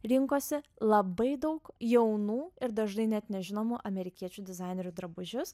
rinkosi labai daug jaunų ir dažnai net nežinomų amerikiečių dizainerių drabužius